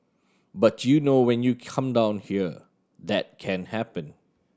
but you know when you come down here that can happen